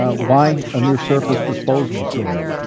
ah why a near surface disposal facility?